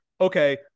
okay